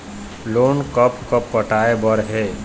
Loan कब कब पटाए बर हे?